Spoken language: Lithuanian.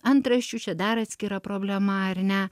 antraščių čia dar atskira problema ar ne